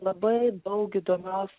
labai daug įdomios